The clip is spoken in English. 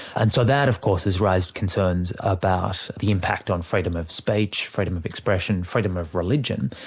and so that of course has raised concerns about the impact on freedom of speech, freedom of expression, freedom of religion,